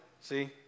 see